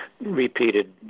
repeated